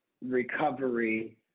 recovery